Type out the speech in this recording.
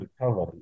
recovery